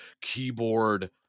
Keyboard